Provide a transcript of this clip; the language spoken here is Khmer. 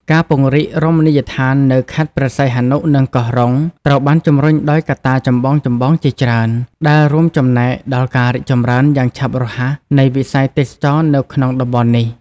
ការពង្រីករមណីយដ្ឋាននៅ ខេត្តព្រះសីហនុ និងកោះរ៉ុង ត្រូវបានជំរុញដោយកត្តាចម្បងៗជាច្រើន ដែលរួមចំណែកដល់ការរីកចម្រើនយ៉ាងឆាប់រហ័សនៃវិស័យទេសចរណ៍នៅក្នុងតំបន់នេះ។